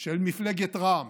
של מפלגת רע"מ,